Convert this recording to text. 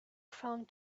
found